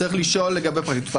צריך לשאול לגבי פרקליטות המדינה,